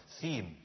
theme